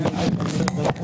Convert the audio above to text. עבר למשטרה,